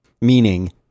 meaning